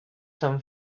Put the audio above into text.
some